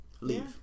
Leave